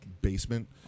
basement